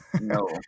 No